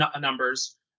numbers